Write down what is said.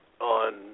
on